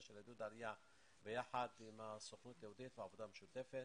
עידוד העלייה יחד עם הסוכנות היהודית בעבודה משותפת.